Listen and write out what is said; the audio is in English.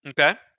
Okay